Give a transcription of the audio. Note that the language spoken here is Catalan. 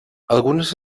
algunes